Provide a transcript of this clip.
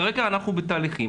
כרגע אנחנו בתהליכים,